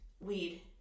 Weed